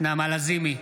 נעמה לזימי,